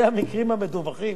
זה המקרים המדווחים.